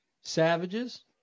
savages